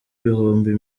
ibihumbi